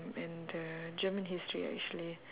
and the german history actually